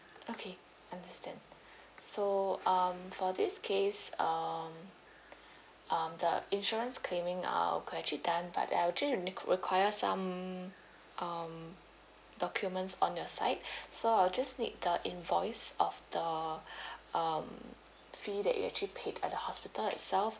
okay understand so um for this case um um the insurance claiming are could actually done but I'll ju~ to need required some um documents on your side so I'll just need the invoice of the um fee that you actually paid at the hospital itself